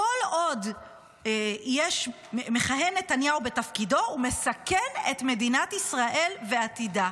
כל עוד מכהן נתניהו בתפקידו הוא מסכן את מדינת ישראל ועתידה".